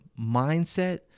mindset